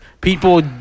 people